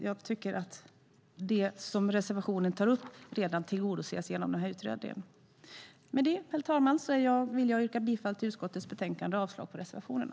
Jag tycker att det som reservationen tar upp tillgodoses genom utredningen. Med det, herr talman, yrkar jag bifall till utskottets förslag och avslag på reservationerna.